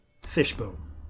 fishbone